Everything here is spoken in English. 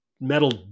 metal